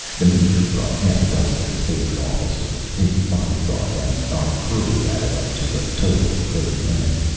the major brought half a dozen of his favorite officers. his bodyguard and our crew added up to a total of thirty men.